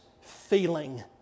feeling